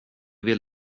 vill